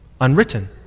unwritten